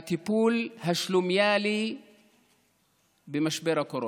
הטיפול השלומיאלי במשבר הקורונה.